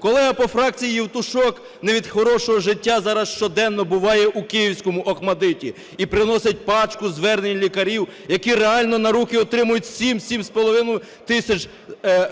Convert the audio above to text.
Колега по фракції Євтушок не від хорошого життя зараз щоденно буває у київському "ОХМАТДИТ" і приносить пачку звернень лікарів, які реально на руки отримують 7-7,5 тисяч